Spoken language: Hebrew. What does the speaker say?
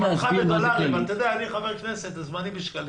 זמנך בדולרים, אבל אני חבר כנסת ולכן זמני בשקלים.